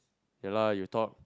ya lah you talk